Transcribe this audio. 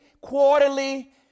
quarterly